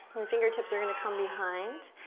and fingertips are gonna come behind,